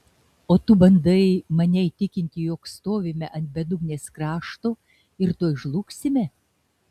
o tu bandai mane įtikinti jog stovime ant bedugnės krašto ir tuoj žlugsime